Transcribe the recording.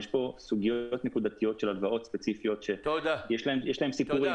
יש פה סוגיות נקודתיות של הלוואות ספציפיות שיש להם סיפורים